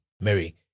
Mary